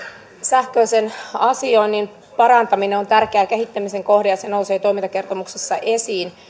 sähköisen asioinnin parantaminen on tärkeä kehittämisen kohde ja se nousee toimintakertomuksessa esiin